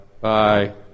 Bye